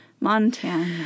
Montana